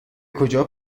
کجا